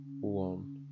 one